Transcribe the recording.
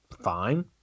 fine